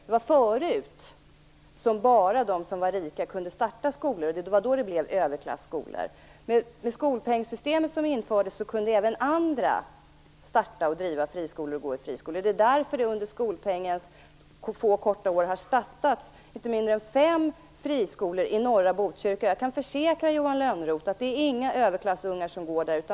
Det var tidigare som bara de som var rika kunde starta skolor, och det var då som det blev överklasskolor. Genom det skolpengssystem som infördes kunde även andra starta och driva friskolor. Det är därför som det under skolpengens korta tid har startats inte mindre än fem friskolor i norra Botkyrka. Jag kan försäkra Johan Lönnroth att det inte är några överklassungar som går där.